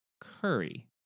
curry